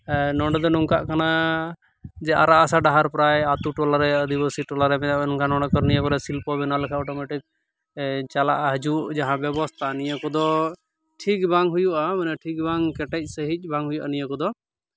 ᱱᱚᱸᱰᱮ ᱫᱚ ᱱᱚᱝᱠᱟᱜ ᱠᱟᱱᱟ ᱡᱮ ᱟᱨᱟᱜ ᱦᱟᱥᱟ ᱰᱟᱦᱟᱨ ᱯᱨᱟᱭ ᱟᱹᱛᱩ ᱴᱚᱞᱟ ᱨᱮ ᱟᱹᱫᱤᱵᱟᱥᱤ ᱴᱚᱞᱟ ᱨᱮ ᱢᱮᱱᱠᱷᱟᱱ ᱱᱚᱸᱰᱮ ᱠᱷᱚᱱ ᱱᱤᱭᱟᱹ ᱵᱟᱨᱮ ᱥᱤᱞᱯᱚ ᱵᱮᱱᱟᱣ ᱞᱮᱠᱷᱟᱱ ᱚᱴᱳᱢᱮᱴᱤᱠ ᱪᱟᱞᱟᱜ ᱦᱤᱡᱩᱜ ᱡᱟᱦᱟᱸ ᱵᱮᱵᱚᱥᱛᱟ ᱱᱤᱭᱟᱹ ᱠᱚᱫᱚ ᱴᱷᱤᱠ ᱵᱟᱝ ᱦᱩᱭᱩᱜᱼᱟ ᱢᱟᱱᱮ ᱴᱷᱤᱠ ᱵᱟᱝ ᱠᱮᱴᱮᱡ ᱥᱟᱺᱦᱤᱡ ᱵᱟᱝ ᱦᱩᱭᱩᱜᱼᱟ ᱱᱤᱭᱟᱹ ᱠᱚᱫᱚ